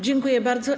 Dziękuję bardzo.